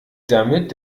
damit